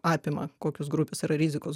apima kokios grupės yra rizikos